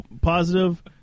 positive